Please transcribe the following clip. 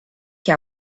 que